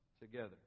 together